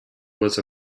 was